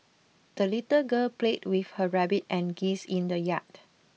the little girl played with her rabbit and geese in the yard